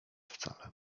wcale